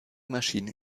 maschine